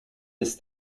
ist